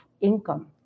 income